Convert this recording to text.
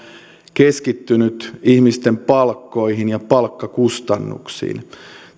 keskittynyt ihmisten palkkoihin ja palkkakustannuksiin